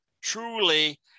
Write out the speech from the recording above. truly